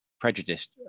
prejudiced